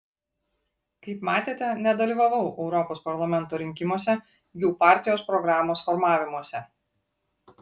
kaip matėte nedalyvavau europos parlamento rinkimuose jų partijos programos formavimuose